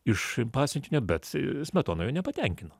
iš pasiuntinio bet smetona jo nepatenkino